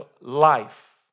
life